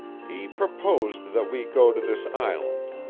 he proposed that we go to this island.